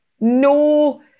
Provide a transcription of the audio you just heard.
no